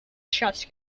chess